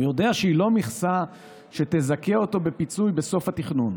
הוא יודע שהיא לא מכסה שתזכה אותו בפיצוי בסוף התכנון.